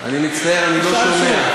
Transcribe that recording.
מצטער, אני לא שומע.